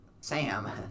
Sam